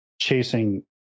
chasing